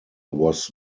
was